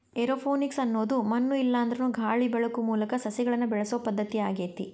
aeroponics ಅನ್ನೋದು ಮಣ್ಣು ಇಲ್ಲಾಂದ್ರನು ಗಾಳಿ ಬೆಳಕು ಮೂಲಕ ಸಸಿಗಳನ್ನ ಬೆಳಿಸೋ ಪದ್ಧತಿ ಆಗೇತಿ